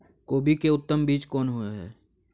कोबी के उत्तम बीज कोन होय है?